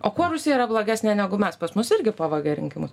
o kuo rusija yra blogesnė negu mes pas mus irgi pavogė rinkimus